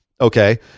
Okay